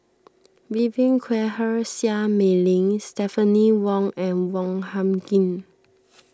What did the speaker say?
Vivien Quahe Seah Mei Lin Stephanie Wong and Wong Hung Khim